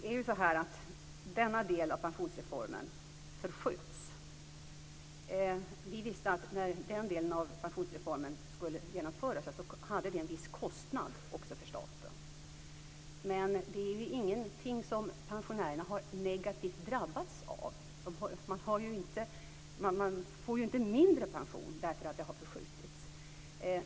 Fru talman! Denna del av pensionsreformen förskjuts. Vi visste att det innebar en viss kostnad för staten när denna del av pensionsreformen skulle genomföras. Men det är ju ingenting som pensionärerna har drabbats negativt av. De får ju inte mindre pension därför att denna del av pensionsreformen har förskjutits.